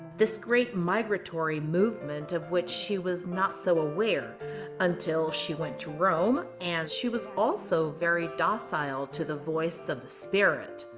this great migratory movement of which she was not so aware until she went to rome. and she was also very docile to the voice of the spirit.